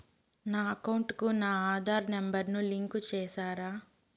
నా అకౌంట్ కు నా ఆధార్ నెంబర్ ను లింకు చేసారా